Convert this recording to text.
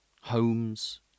homes